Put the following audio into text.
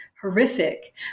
horrific